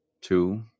Two